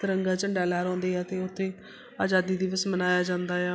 ਤਿਰੰਗਾ ਝੰਡਾ ਲਹਿਰਾਉਂਦੇ ਆ ਅਤੇ ਉੱਥੇ ਆਜ਼ਾਦੀ ਦਿਵਸ ਮਨਾਇਆ ਜਾਂਦਾ ਆ